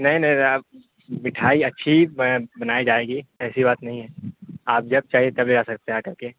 نہیں نہیں صاب مٹھائی اچھی ہی بنائی جائے گی ایسی بات نہیں ہے آپ جب چاہیے تبھی آ سکتے آ کر کے